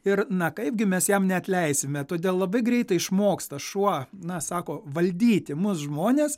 ir na kaipgi mes jam neatleisime todėl labai greitai išmoksta šuo na sako valdyti mus žmones